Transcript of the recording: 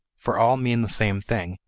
for all mean the same thing,